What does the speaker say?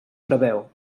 preveu